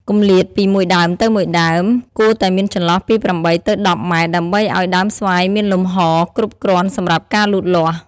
គម្លាតពីមួយដើមទៅមួយដើមគួរតែមានចន្លោះពី ៨ ទៅ ១០ ម៉ែត្រ ដើម្បីឲ្យដើមស្វាយមានលំហគ្រប់គ្រាន់សម្រាប់ការលូតលាស់។